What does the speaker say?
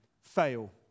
fail